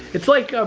it's like,